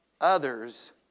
others